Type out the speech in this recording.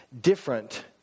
different